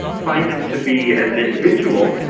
finds him to be, as an individual,